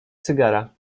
cygara